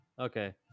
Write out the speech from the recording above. Okay